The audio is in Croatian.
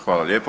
Hvala lijepo.